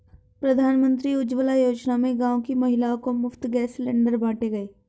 प्रधानमंत्री उज्जवला योजना में गांव की महिलाओं को मुफ्त गैस सिलेंडर बांटे गए